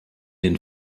den